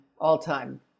all-time